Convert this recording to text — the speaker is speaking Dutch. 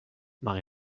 maar